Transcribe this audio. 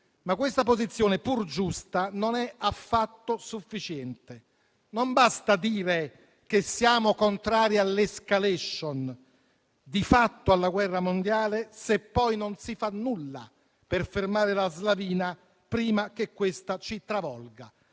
Ma questa posizione, pur giusta, non è affatto sufficiente. Non basta dire che siamo contrari all'*escalation,* di fatto alla guerra mondiale se poi non si fa nulla per fermare la slavina prima che questa ci travolga.